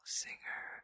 singer